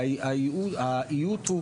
האיות,